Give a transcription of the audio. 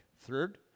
Third